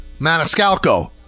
maniscalco